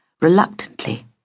reluctantly